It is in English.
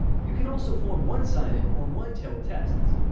you can also form one sided or one-tailed tests.